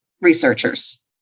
researchers